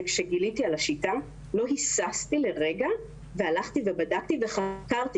שכשגיליתי את השיטה לא היססתי לרגע בדקתי וחקרתי